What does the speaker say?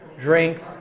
drinks